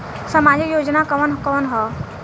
सामाजिक योजना कवन कवन ह?